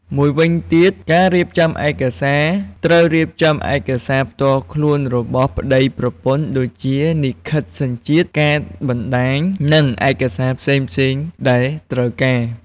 មួយវិញទៀតការរៀបចំឯកសារត្រូវរៀបចំឯកសារផ្ទាល់ខ្លួនរបស់ប្ដីប្រពន្ធ ដូចជា លិខិតសញ្ជាតិ កាតបណ្ដាញ និងឯកសារផ្សេងៗដែលត្រូវការ។